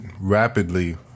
rapidly